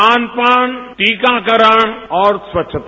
खान पान टीकाकरण और स्वच्छता